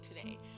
today